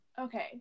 Okay